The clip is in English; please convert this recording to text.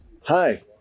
Hi